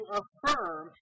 affirm